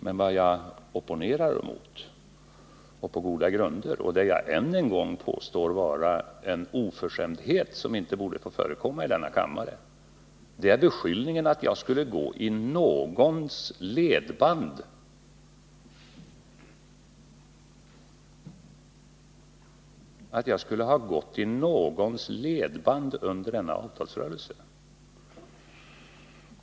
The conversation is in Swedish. Men vad jag på goda grunder opponerar mot och som jag än en gång påstår vara en oförskämdhet som inte borde få förekomma i denna kammare är beskyllningen att jag skulle ha gått i någons ledband under avtalsrörelsen.